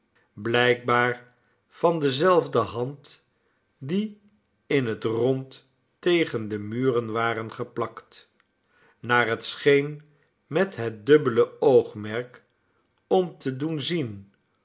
blijkbaar van dezelfde hand die in het rond tegen de muren waren geplakt naar het scheen met het dubbele oogmerk om te doen zien